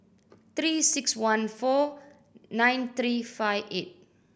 Three Six One four nine three five eight